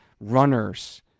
runners